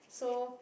so